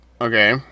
okay